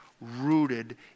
rooted